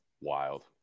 Wild